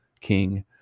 King